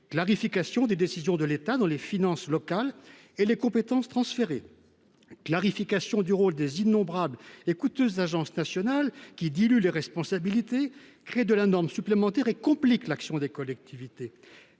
clarification des décisions de l’État en matière de finances locales et de compétences transférées ; la clarification du rôle des innombrables et coûteuses agences nationales qui diluent les responsabilités, créent de la norme supplémentaire et compliquent l’action des collectivités.